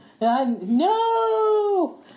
No